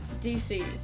DC